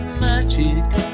magic